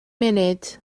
munud